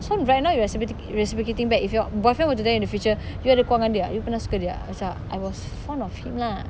so right now you are recipro~ reciprocating back if your boyfriend were to tell you in the future you ada keluar dengan dia tak you pernah keluar dengan dia tak I was fond of him lah